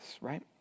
right